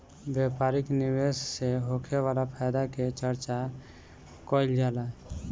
व्यापारिक निवेश से होखे वाला फायदा के चर्चा कईल जाला